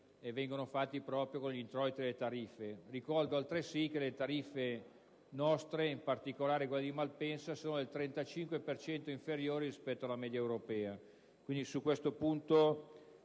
vengono realizzati proprio con gli introiti delle tariffe. Ricordo altresì che le nostre tariffe, ed in particolare quelle di Malpensa, sono del 35 per cento inferiori rispetto alla media europea.